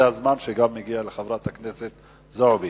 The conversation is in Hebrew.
זה הזמן שמגיע גם לחברת הכנסת זועבי.